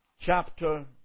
chapter